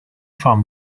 farm